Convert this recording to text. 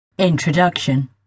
Introduction